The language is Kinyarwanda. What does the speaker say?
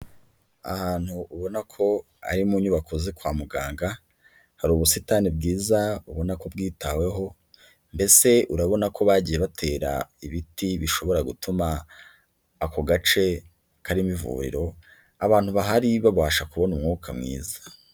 Ahantu ubona ko ari mu nyubako zo kwa muganga, hari ubusitani bwiza ubona ko bwitaweho, mbese urabona ko bagiye batera ibiti bishobora gutuma ako gace karimo ivuriro abantu bahari babasha kubona umwuka mwiza.